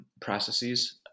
processes